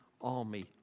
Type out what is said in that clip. army